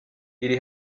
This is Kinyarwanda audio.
iri